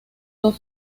dos